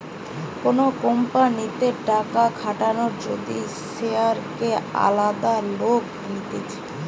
কোন কোম্পানিতে টাকা খাটানো যদি শেয়ারকে আলাদা লোক নিতেছে